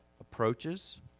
approaches